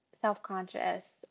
self-conscious